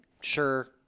sure